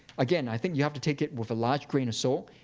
again, i think you have to take it with a large grain of salt.